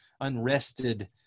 unrested